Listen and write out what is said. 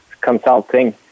consulting